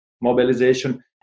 mobilization